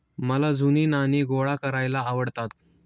मला जुनी नाणी गोळा करायला आवडतात